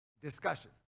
Discussion